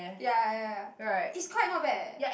ya ya ya it's quite not bad leh